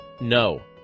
No